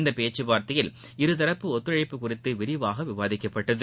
இந்த பேச்சுவார்த்தையில் இரு தரப்பு ஒத்துழைப்பு குறித்து விரிவாக விவாதிக்கப்பட்டது